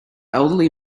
elderly